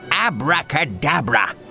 Abracadabra